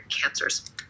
cancers